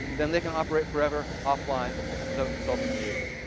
then they can operate forever offline without consulting the user.